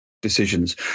decisions